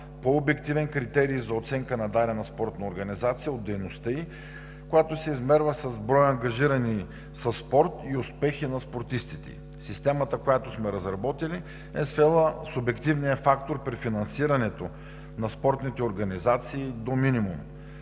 по-обективен критерий за оценка на дадена спортна организация от дейността ѝ, която се измерва с брой ангажирани със спорт и успехи на спортистите ѝ. Системата, която сме разработили, е свела субективния фактор при финансирането на спортните организации до минимум.